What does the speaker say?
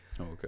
Okay